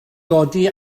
godi